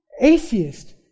atheist